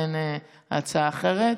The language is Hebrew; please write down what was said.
באין הצעה אחרת.